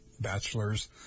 bachelor's